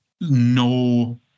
no